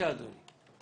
גם אצלנו זה אותו דבר.